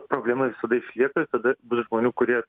problema visada išlieka kada bus žmonių kurie